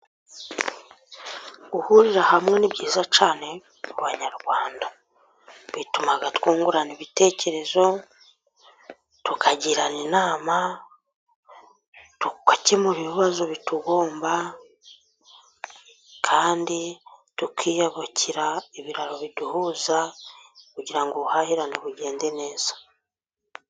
Guhurira hamwe ni byiza cyane, ku banyarwanda, bituma twungurana ibitekerezo, tukagirana inama, tugakemura ibibazo bitugomba, kandi tukiyubakira ibiraro biduhuza, kugira ubuhahirane bu ugende neza.